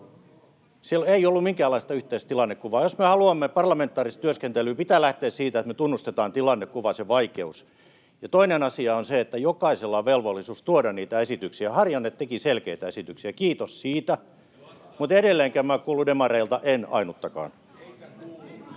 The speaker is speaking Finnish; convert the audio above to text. Silloin ei ollut minkäänlaista yhteistä tilannekuvaa. Jos me haluamme parlamentaarista työskentelyä, pitää lähteä siitä, että me tunnustetaan tilannekuva, sen vaikeus. Ja toinen asia on se, että jokaisella on velvollisuus tuoda niitä esityksiä. Harjanne teki selkeitä esityksiä, kiitos siitä. Mutta edelleenkään minä en kuullut demareilta ainuttakaan.